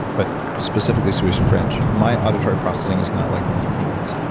but specifically swedish and french, my auditory processing is not like normal humans.